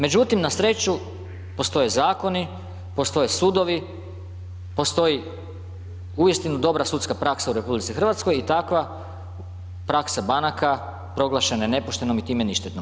Međutim, na sreću postoje zakoni, postoje sudovi, postoji uistinu dobra sudska praksa u RH i takva praksa banaka proglašena je nepoštenom i time ništetnom.